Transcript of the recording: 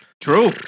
True